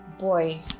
boy